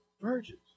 virgins